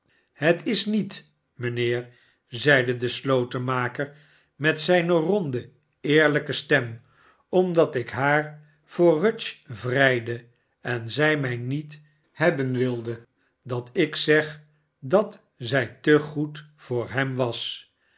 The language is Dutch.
het is niet mijnheer zeide de slotenmaker met zijne ronde eerhjke stem omdat ik haar voor rudge vrijde en zij mij met hebben wilde dat ik zeg dat zij te goed voor hem was